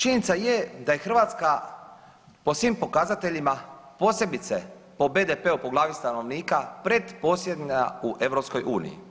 Činjenica je da je Hrvatska po svim pokazateljima posebice po BDP-u po glavi stanovnika pretposljednja u EU.